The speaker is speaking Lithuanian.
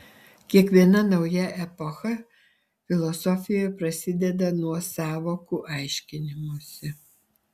kiekviena nauja epocha filosofijoje prasideda nuo sąvokų aiškinimosi